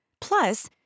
Plus